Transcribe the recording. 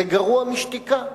זה גרוע משתיקה.